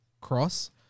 cross